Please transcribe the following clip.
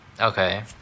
Okay